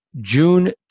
June